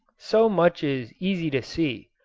so much is easy to see,